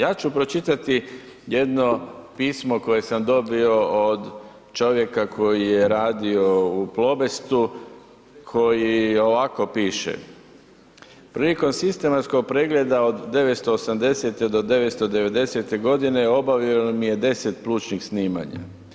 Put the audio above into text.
Ja ću pročitati jedno pismo koje sam dobio od čovjeka koji je radio u Plobestu koji ovako piše: „Prilikom sistematskog pregleda od 1980.-te do 1990. obavio mi je 10 plućnih snimanja.